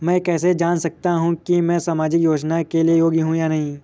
मैं कैसे जान सकता हूँ कि मैं सामाजिक योजना के लिए योग्य हूँ या नहीं?